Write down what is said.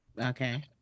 okay